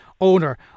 owner